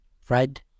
Fred